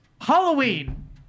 Halloween